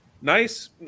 Nice